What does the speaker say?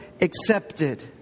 accepted